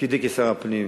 תפקידי כשר הפנים,